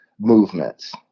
movements